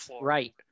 right